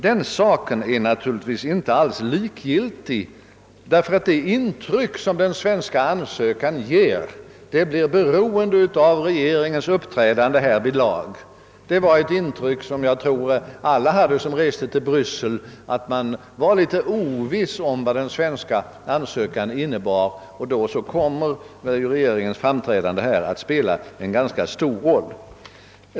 Den saken är naturligtvis inte alls likgiltig, ty det intryck som den svenska ansökan ger blir beroende av regeringens uppträdande härvidlag. Jag tror att alla som reste till Bryssel märkte att man var litet oviss om vad den svenska ansökan innebar. Därför kommer regeringens framträdande att spela en ganska stor roll.